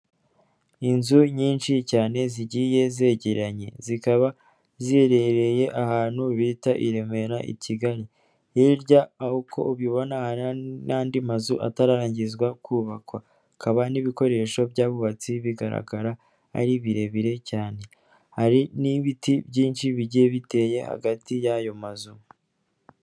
Inzu nyinshi cyane zigiye zegeranye zikaba ziherereye ahantu bita i Remera i Kigali, hirya aho uko ubibona hari hari n'andi mazu atararangizwa kubakwa hakaba n'ibikoresho by'abubatsi bigaragara ari birebire cyane, hari n'ibiti byinshi bigiye biteye hagati y'ayo mazu.